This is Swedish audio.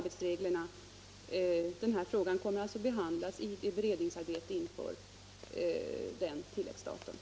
Denna fråga kommer att behandlas vid beredningsarbetet inför nästa tilläggsstat.